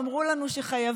אמרו לנו שחייבים,